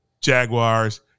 Jaguars